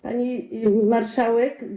Pani Marszałek!